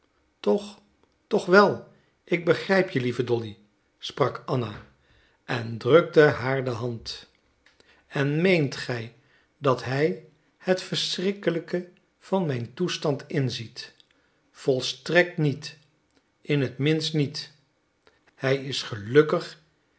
toch toch wel ik begrijp je lieve dolly sprak anna en drukte haar de hand en meent gij dat hij het verschrikkelijke van mijn toestand inziet volstrekt niet in het minst niet hij is gelukkig